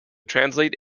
translate